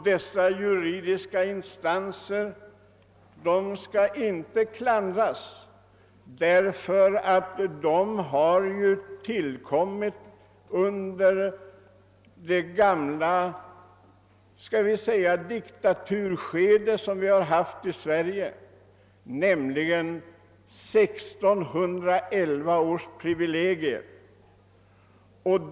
Dessa skall inte klandras, eftersom de har tillkommit under det gamla skall vi säga diktaturskedet som vi har haft i Sverige och som tog sig uttryck i 1611 års privilegier.